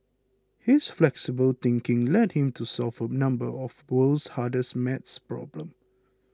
his flexible thinking led him to solve a number of the world's hardest maths problems